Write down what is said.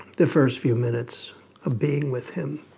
the first few minutes of being with him,